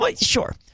Sure